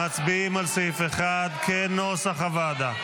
ומשכך, אנחנו מצביעים על סעיף 1 כנוסח הוועדה.